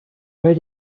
where